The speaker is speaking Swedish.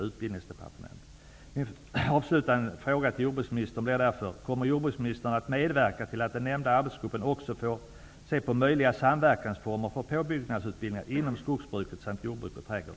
Min avslutande fråga till jordbruksministern blir därför: Kommer jordbruksministern att medverka till att den nämnda arbetsgruppen också får undersöka möjliga samverkansformer för påbyggnadsutbildningarna inom skogsbruk, jordbruk och trädgård?